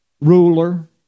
Ruler